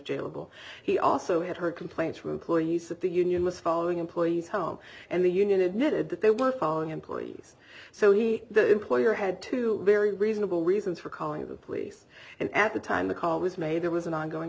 jailable he also had heard complaints from employees that the union was following employees home and the union admitted that they were following employees so he the employer had two very reasonable reasons for calling the police and at the time the call was made it was an ongoing